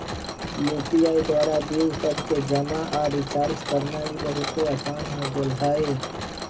UPI द्वारा bill सभके जमा आऽ रिचार्ज करनाइ बहुते असान हो गेल हइ